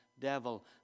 devil